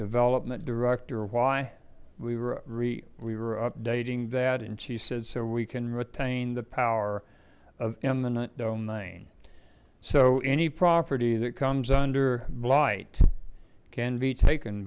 development director why we were we were updating that and she said so we can retain the power of eminent domain so any property that comes under blight can be taken